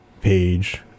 page